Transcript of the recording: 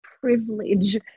privilege